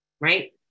right